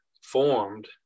formed